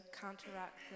counteract